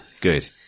Good